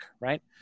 Right